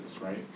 right